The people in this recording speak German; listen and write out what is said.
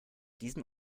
diesen